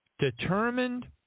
determined